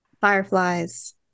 fireflies